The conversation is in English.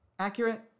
Accurate